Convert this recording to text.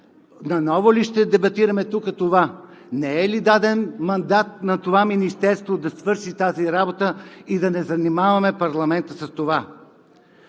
наново ли ще дебатираме тук това? Не е ли даден мандат на това министерство да свърши тази работа и да не занимаваме в парламента с това,